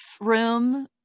room